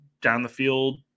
down-the-field